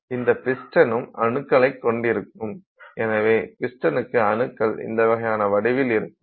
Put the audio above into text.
இந்த பிஸ்டனும் அணுக்களைக் கொண்டிருக்கும் எனவே பிஸ்டனுக்கு அணுக்கள் இந்த வகையான வடிவில் இருக்கும்